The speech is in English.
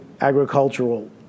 agricultural